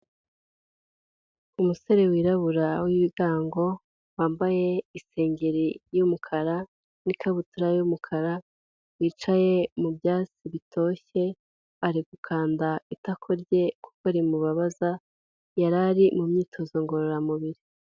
Umusore wirabura w'ibigango wambaye isengeri y'umukara n'ikabutura y'umukara, wicaye mu byatsi bitoshye ari gukanda itako rye kuko rimubabaza, yarari mu myitozo ngororamubiri.